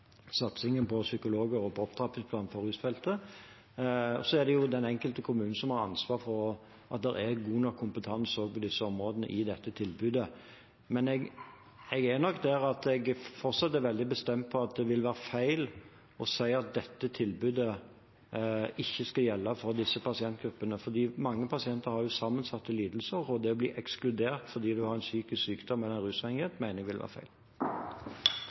satsingen på psykologer og på opptrappingsplanen på rusfeltet, men det er den enkelte kommune som har ansvaret for at det er god nok kompetanse også på disse områdene i dette tilbudet. Jeg er nok der at jeg fortsatt er veldig bestemt på at det vil være feil å si at dette tilbudet ikke skal gjelde for disse pasientgruppene, fordi mange pasienter har sammensatte lidelser. Det å bli ekskludert fordi en har en psykisk sykdom eller rusavhengighet, mener jeg vil være feil.